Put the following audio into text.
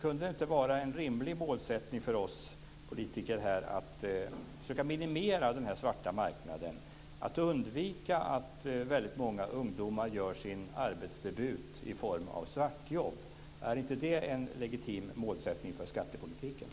Kunde det inte vara en rimlig målsättning för oss politiker här att försöka minimera den svarta marknaden och undvika att väldigt många ungdomar gör sin arbetsdebut i svartjobb? Är inte det en legitim målsättning för skattepolitiken?